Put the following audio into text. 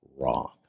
wrong